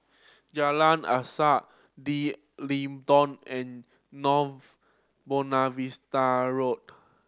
Jalan Asas D'Leedon and North Buona Vista Road